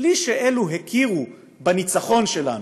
בלי שאלו הכירו בניצחון שלנו,